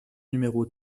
numéro